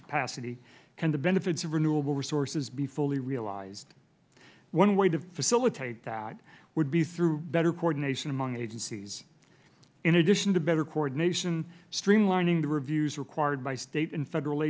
capacity can the benefits of renewable resources be fully realized one way to facilitate that would be through better coordination among agencies in addition to better coordination streamlining the reviews required by state and federal